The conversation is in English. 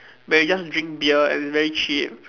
where they just drink beer and it's very cheap